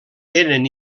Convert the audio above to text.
eren